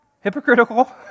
hypocritical